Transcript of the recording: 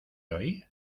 hoy